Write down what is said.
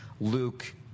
Luke